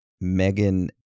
Megan